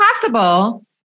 possible